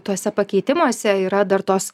tuose pakeitimuose yra dar tos